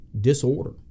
disorder